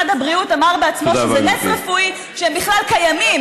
שסגן השר ומנכ"ל משרד הבריאות אמר בעצמו שזה נס רפואי שהם בכלל קיימים,